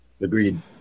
Agreed